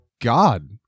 God